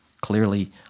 clearly